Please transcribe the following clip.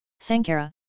Sankara